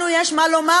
לנו יש מה לומר,